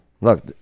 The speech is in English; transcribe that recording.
Look